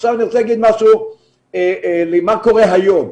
אני רוצה לומר מה קורה היום.